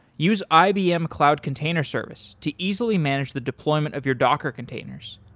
use ibm cloud container service to easily manage the deployment of your docker containers.